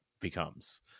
becomes